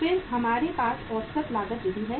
फिर हमारे पास औसत लागत विधि है